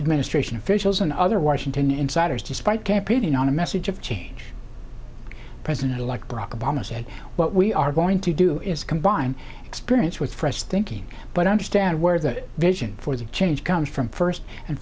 administration officials and other washington insiders despite campaigning on a message of change president elect barack obama said what we are going to do is combine experience with fresh thinking but understand where that vision for the change comes from first and